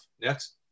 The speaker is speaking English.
Next